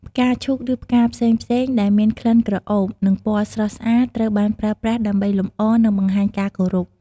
ផ្កាឈូក ឬផ្កាផ្សេងៗដែលមានក្លិនក្រអូប និងពណ៌ស្រស់ស្អាតត្រូវបានប្រើប្រាស់ដើម្បីលម្អ និងបង្ហាញការគោរព។